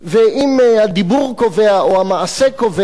ואם הדיבור קובע או המעשה קובע,